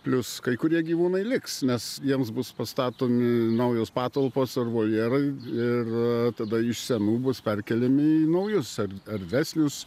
plius kai kurie gyvūnai liks nes jiems bus pastatomi naujos patalpos ar voljerai ir tada iš senų bus perkeliami į naujus ar erdvesnius